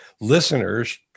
listeners